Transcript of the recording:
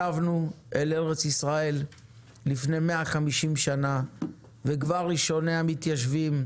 שבנו אל ארץ ישראל לפני 150 שנים וכבר ראשוני המתיישבים,